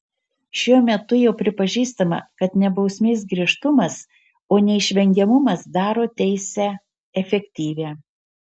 šiuo metu jau pripažįstama kad ne bausmės griežtumas o neišvengiamumas daro teisę efektyvią